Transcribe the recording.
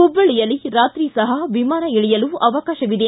ಹುಬ್ಬಳ್ಳಿಯಲ್ಲಿ ರಾತ್ರಿ ಸಹ ವಿಮಾನ ಇಳಿಯಲು ಅವಕಾಶವಿದೆ